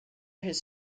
his